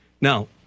Now